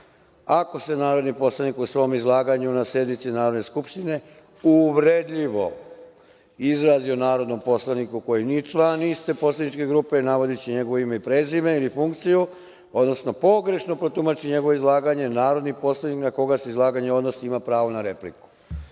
„ako se narodni poslanik u svom izlaganju na sednici Narodne skupštine uvredljivo izrazi o narodnom poslaniku koji nije član iste poslaničke grupe navodeći njegovo ime i prezime ili funkciju, odnosno pogrešno protumači njegovo izlaganje, narodni poslanik na koga se izlaganje odnosi ima pravo na